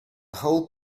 whole